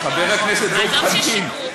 חבר הכנסת דב חנין,